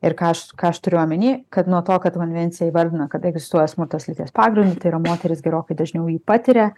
ir ką aš ką aš turiu omeny kad nuo to kad konvencija įvardina kad egzistuoja smurtas lyties pagrindu tai yra moterys gerokai dažniau jį patiria